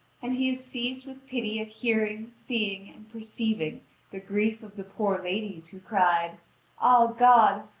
and he is seized with pity at hearing, seeing, and perceiving the grief of the poor ladies, who cried ah, god,